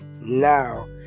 now